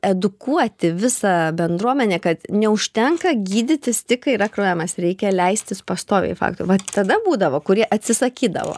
edukuoti visą bendruomenę kad neužtenka gydytis tik kai yra kraujavimas reikia leistis pastoviai faktorių vat tada būdavo kurie atsisakydavo